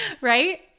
right